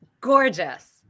gorgeous